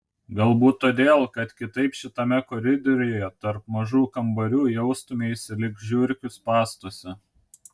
galbūt todėl kad kitaip šitame koridoriuje tarp mažų kambarių jaustumeisi lyg žiurkių spąstuose